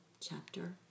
chapter